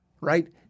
Right